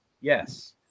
Yes